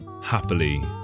happily